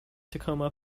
tacoma